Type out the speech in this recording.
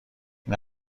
این